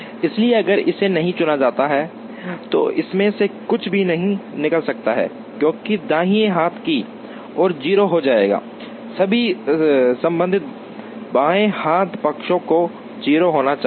इसलिए अगर इसे नहीं चुना जाता है तो इसमें से कुछ भी नहीं निकल सकता है क्योंकि दाहिने हाथ की ओर 0 हो जाएगा सभी संबंधित बाएं हाथ पक्षों को 0 होना चाहिए